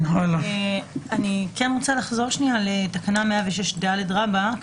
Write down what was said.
אני כן רוצה לחזור לתקנה 106ד רבא,